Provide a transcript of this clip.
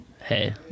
hey